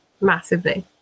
Massively